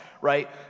right